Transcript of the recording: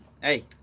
Hey